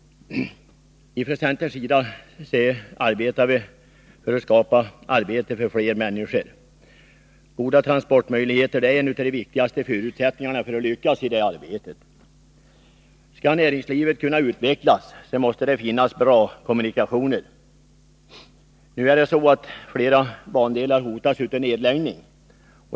Från centerns sida verkar vi för att skapa arbete för fler människor. Goda transportmöjligheter är en av de viktigaste förutsättningarna för att lyckas i denna strävan. Skall näringslivet kunna utvecklas, så måste det finnas bra kommunikationer. Nu hotas flera bandelar av nedläggning.